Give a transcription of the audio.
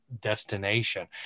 destination